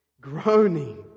groaning